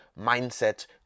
mindset